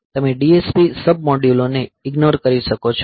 તમે DSP sub મોડ્યુલોને ignore કરી શકો છો